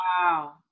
wow